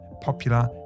popular